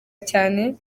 cyane